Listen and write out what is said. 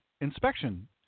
inspection